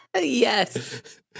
Yes